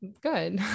good